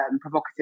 provocative